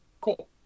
cool